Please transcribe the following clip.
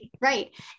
right